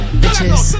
bitches